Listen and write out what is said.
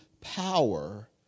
power